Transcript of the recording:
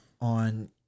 on